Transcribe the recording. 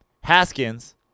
Haskins